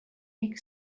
make